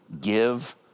Give